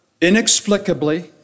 inexplicably